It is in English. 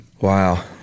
Wow